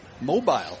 mobile